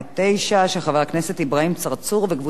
של חבר הכנסת אברהים צרצור וקבוצת חברי הכנסת.